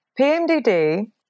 PMDD